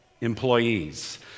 employees